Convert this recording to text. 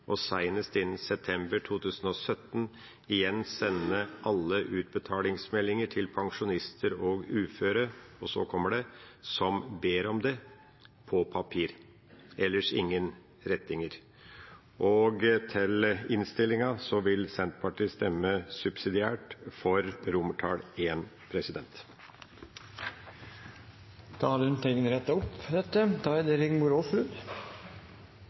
og seinast innan september 2017 igjen senda alle utbetalingsmeldingar til pensjonistar og uføre som ber om det, på papir.» Ellers er det ingen rettinger. Senterpartiet vil stemme subsidiært for I i innstillinga. Da har representanten Per Olaf Lundteigen rettet opp